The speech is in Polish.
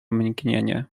mgnienie